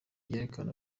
ryerekana